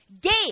gate